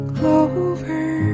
Clover